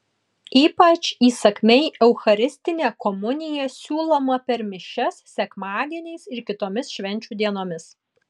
ypač įsakmiai eucharistinė komunija siūloma per mišias sekmadieniais ir kitomis švenčių dienomis